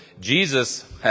Jesus